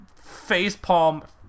facepalm